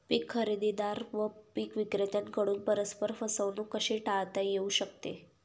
पीक खरेदीदार व पीक विक्रेत्यांकडून परस्पर फसवणूक कशी टाळता येऊ शकते?